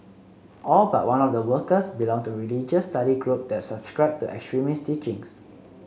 all but one of the workers belonged to a religious study group that subscribed to extremist teachings